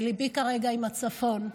וליבי כרגע עם הצפון.